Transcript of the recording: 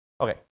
Okay